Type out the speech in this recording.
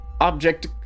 object